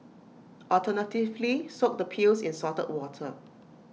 alternatively soak the peels in salted water